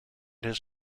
his